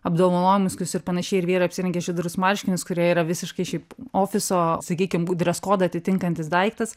apdovanojimus kokius ir panašiai ir vyrai apsirengę žydrus marškinius kurie yra visiškai šiaip ofiso sakykim dres kodą atitinkantis daiktas